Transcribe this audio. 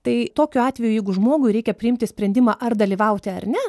tai tokiu atveju jeigu žmogui reikia priimti sprendimą ar dalyvauti ar ne